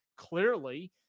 Clearly